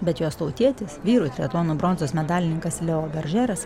bet jos tautietis vyrų triatlono bronzos medalininkas leo beržeras